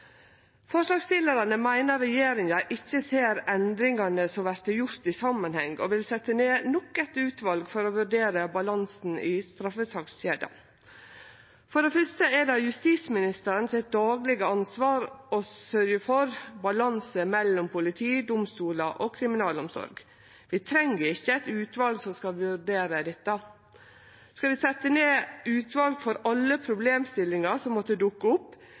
Forslagsstillarane meiner regjeringa ikkje ser endringane som vert gjorde, i samanheng, og vil setje ned nok eit utval for å vurdere balansen i straffesakskjeda. For det fyrste er det justisministeren sitt daglege ansvar å sørgje for balanse mellom politi, domstolar og kriminalomsorg. Vi treng ikkje eit utval som skal vurdere dette. Skal vi setje ned utval for alle problemstillingar som måtte dukke opp,